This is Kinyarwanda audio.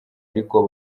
ariko